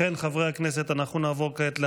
לכן, חברי הכנסת, אנחנו נעבור כעת להצבעה.